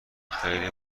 خیلی